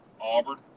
Auburn